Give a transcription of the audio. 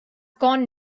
gone